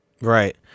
Right